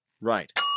Right